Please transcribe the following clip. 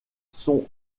sont